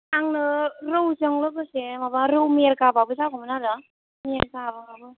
आंनो रौजों लोगोसे माबा रौ मिरगाबाबो जागौमोन आरो मिरगाबाबो